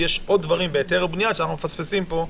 יש עוד דברים בהיתרי בנייה שאנחנו מפספסים פה,